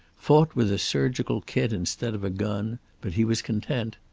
fought with a surgical kit instead of a gun, but he was content.